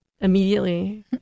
immediately